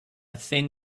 thin